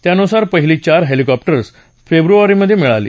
त्यानुसार पहिली चार हेलिकॉप्टर्स फेब्रुवारीमधे मिळाली